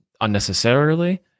unnecessarily